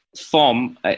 form